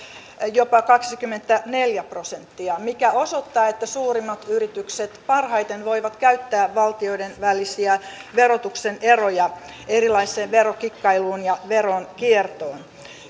jopa kaksikymmentäneljä prosenttia mikä osoittaa että suurimmat yritykset parhaiten voivat käyttää valtioiden välisiä verotuksen eroja erilaiseen verokikkailuun ja veronkiertoon